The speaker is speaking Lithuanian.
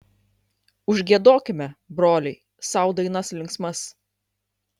užgiedokime broliai sau dainas linksmas